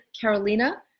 Carolina